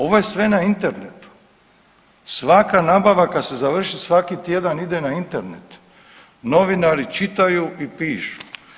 Ovo je sve na internetu, svaka nabava kad se završi, svaki tjedan ide na internet, novinari čitaju i pišu.